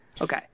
Okay